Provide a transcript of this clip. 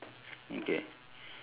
mm K